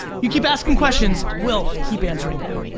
you keep asking questions. we'll keep answering them.